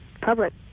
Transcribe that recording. public